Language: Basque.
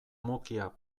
mukia